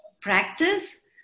practice